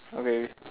okay